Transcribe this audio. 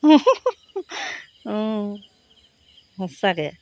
অঁ সঁচাকৈ